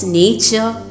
nature